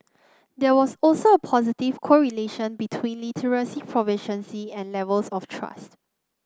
there was also a positive correlation between literacy proficiency and levels of trust